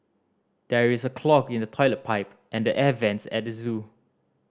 there is a clog in the toilet pipe and the air vents at the zoo